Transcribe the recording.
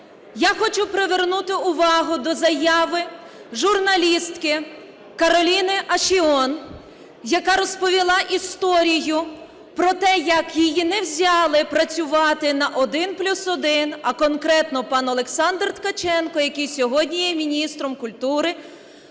Я хочу привернути увагу до заяви журналістки Кароліни Ашіон, яка розповіла історію про те, як її не взяли працювати на "1+1", а конкретно пан Олександр Ткаченко, який сьогодні є міністром культури,